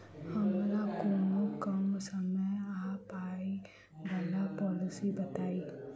हमरा कोनो कम समय आ पाई वला पोलिसी बताई?